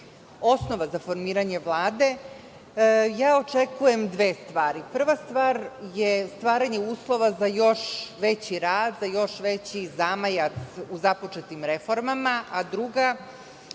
osnova za formiranje Vlade, očekujem dve stvari. Prva stvar je stvaranje uslova za još veći rad, za još veći zamajac u započetim reformama, a druga